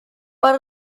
per